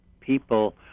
people